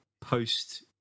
post